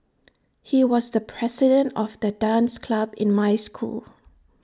he was the president of the dance club in my school